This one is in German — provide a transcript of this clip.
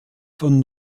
von